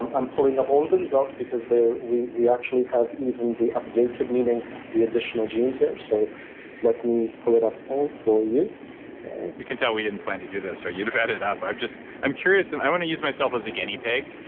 i'm i'm pulling up all of the results because they're, we we actually have even the updated meaning the additional genes here, so let me pull it up all for you. okay you can tell we didn't plan to do this, so you'd have had it up. i'm just, i'm curious, and i want to use myself as a guinea pig.